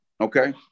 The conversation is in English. okay